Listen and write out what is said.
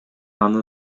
аны